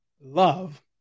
love